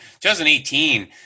2018